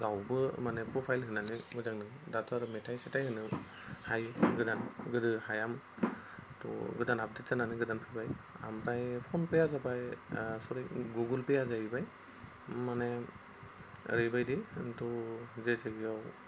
रावबो माने प्रफाइल होनानै मोजाङै दाथ' आरो मेथाइ सेथाइ होनो हायो गोदान गोदो हायामोन त' गोदान आपडेट होनानै गोदान फैबाय ओमफ्राय फनपेया जाबाय सरि गुगोलपेया जाहैबाय माने ओरैबायदि आंथ' जे जायगायाव